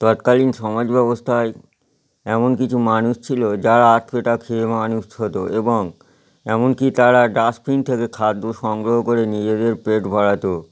তৎকালীন সমাজ ব্যবস্থায় এমন কিছু মানুষ ছিলো যারা আধপেটা খেয়ে মানুষ হতো এবং এমনকি তারা ডাস্টবিন থেকে খাদ্য সংগ্রহ করে নিজেদের পেট ভরাতো